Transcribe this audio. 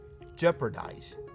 jeopardize